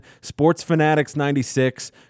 SportsFanatics96